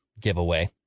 giveaway